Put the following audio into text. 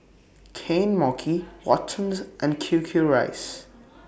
Kane Mochi Watsons and Q Q Rice